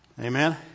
Amen